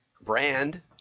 brand